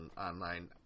online